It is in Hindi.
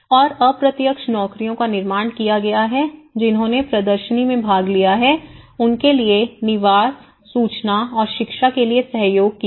और अप्रत्यक्ष नौकरियों का निर्माण किया गया है जिन्होंने प्रदर्शनी में भाग लिया है उनके लिए निवास सूचना और शिक्षा के लिए सहयोग किया है